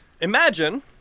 Imagine